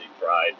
pride